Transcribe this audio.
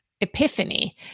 epiphany